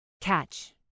Catch